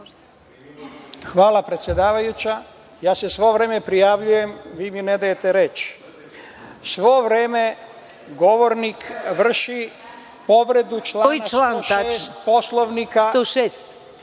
Hvala, predsedavajuća. Sve vreme se prijavljujem, a vi mi ne dajete reč. Sve vreme govornik vrši povredu člana 106. Poslovnika